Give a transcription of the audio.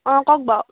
অঁ কওক বাৰু